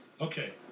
Okay